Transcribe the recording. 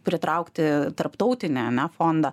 pritraukti tarptautinį ane fondą